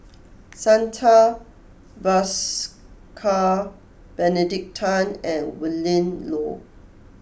Santha Bhaskar Benedict Tan and Willin Low